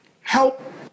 help